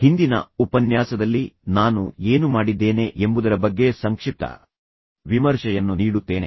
ಹಿಂದಿನ ಉಪನ್ಯಾಸದಲ್ಲಿ ನಾನು ಏನು ಮಾಡಿದ್ದೇನೆ ಎಂಬುದರ ಬಗ್ಗೆ ಸಂಕ್ಷಿಪ್ತ ವಿಮರ್ಶೆಯನ್ನು ನೀಡುತ್ತೇನೆ